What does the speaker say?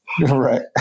Right